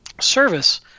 service